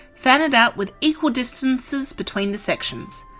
fan it out with equal distances between the sections.